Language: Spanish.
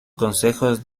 concejos